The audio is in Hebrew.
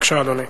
בבקשה, אדוני.